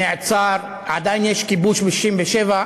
נעצר, עדיין יש כיבוש מ-1967.